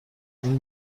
ایران